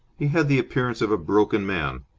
he had the appearance of a broken man.